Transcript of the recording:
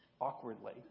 awkwardly